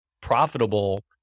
profitable